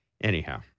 Anyhow